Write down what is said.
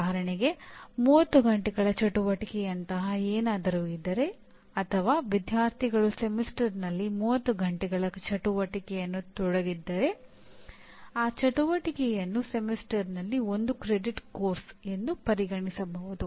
ಉದಾಹರಣೆಗೆ 30 ಗಂಟೆಗಳ ಚಟುವಟಿಕೆಯಂತಹ ಏನಾದರೂ ಇದ್ದರೆ ಅಥವಾ ವಿದ್ಯಾರ್ಥಿಗಳು ಸೆಮಿಸ್ಟರ್ನಲ್ಲಿ 30 ಗಂಟೆಗಳ ಚಟುವಟಿಕೆಯಲ್ಲಿ ತೊಡಗಿದ್ದರೆ ಆ ಚಟುವಟಿಕೆಯನ್ನು ಸೆಮಿಸ್ಟರ್ನಲ್ಲಿ 1 ಕ್ರೆಡಿಟ್ನ ಪಠ್ಯಕ್ರಮ ಎಂದು ಪರಿಗಣಿಸಬಹುದು